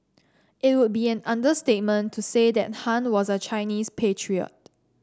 it would be an understatement to say that Han was a Chinese patriot